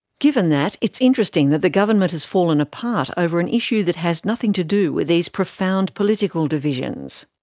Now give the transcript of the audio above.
given that, it's interesting that the government has fallen apart over an issue that has nothing to do with these profound political divisions.